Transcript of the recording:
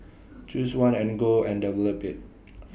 choose one and go and develop IT